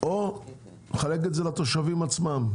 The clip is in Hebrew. או מחלקת את הכסף לתושבים עצמם.